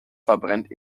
verbrennt